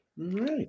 Right